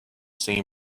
same